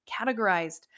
categorized